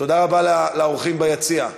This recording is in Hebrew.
תודה רבה לאורחים ביציע.